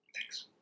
Thanks